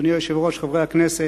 אדוני היושב-ראש, חברי הכנסת,